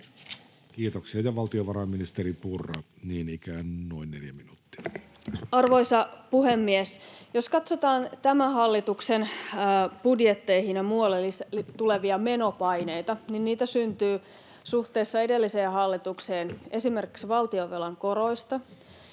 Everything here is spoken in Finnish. Kiitoksia. — Ja valtiovarainministeri Purra, niin ikään noin neljä minuuttia. Arvoisa puhemies! Jos katsotaan tämän hallituksen budjetteihin ja muualle tulevia menopaineita, niin niitä syntyy suhteessa edelliseen hallitukseen esimerkiksi valtionvelan koroista,